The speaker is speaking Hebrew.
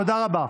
תודה רבה.